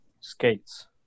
Skates